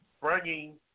bringing